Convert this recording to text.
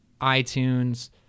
iTunes